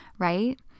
right